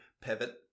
pivot